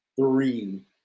three